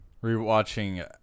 re-watching